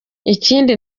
ikindi